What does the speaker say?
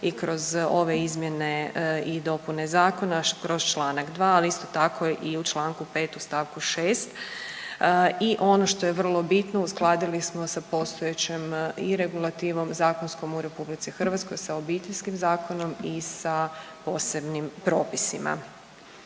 i kroz ove izmjene i dopune Zakona kroz čl. 2, ali isto tako i u čl. 5 u st. 6 i ono što je vrlo bitno, uskladili smo sa postojećom i regulativom zakonskom u RH sa Obiteljskim zakonom i sa posebnim propisima.